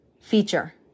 feature